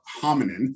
hominin